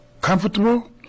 comfortable